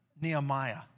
Nehemiah